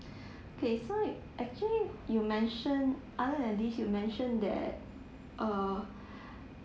K so actually you mentioned other than this you mentioned that err